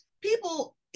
people